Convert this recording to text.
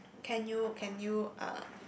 can you can you uh